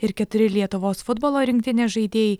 ir keturi lietuvos futbolo rinktinės žaidėjai